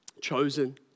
Chosen